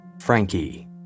Frankie